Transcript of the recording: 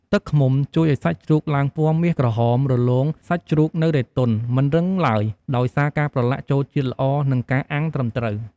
ទឹកឃ្មុំជួយឱ្យសាច់ជ្រូកឡើងពណ៌មាសក្រហម រលោង សាច់ជ្រូកនៅតែទន់ មិនរឹងឡើយ ដោយសារការប្រឡាក់ចូលជាតិល្អ និងការអាំងត្រឹមត្រូវ។